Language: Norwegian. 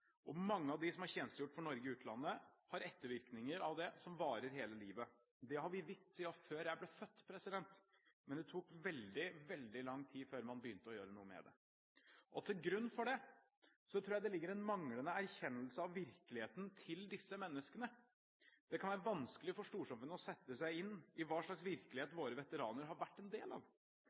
Mange av dem som har tjenestegjort for Norge i utlandet, har ettervirkninger av det som varer hele livet. Det har vi visst siden før jeg ble født, men det tok veldig, veldig lang tid før man begynte å gjøre noe med det. Til grunn for det tror jeg det ligger en manglende erkjennelse av virkeligheten til disse menneskene. Det kan være vanskelig for storsamfunnet å sette seg inn i hva slags virkelighet våre veteraner har vært en del av.